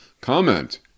Comment